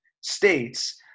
states